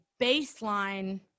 baseline